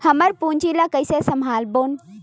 अपन पूंजी ला कइसे संभालबोन?